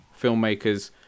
filmmakers